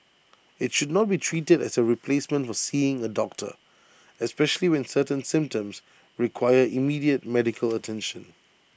IT should not be treated as A replacement for seeing A doctor especially when certain symptoms require immediate medical attention